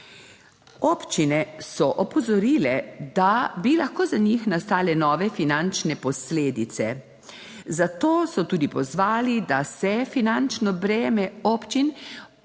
Občine so opozorile, da bi lahko za njih nastale nove finančne posledice, zato so tudi pozvali, da se finančno breme občin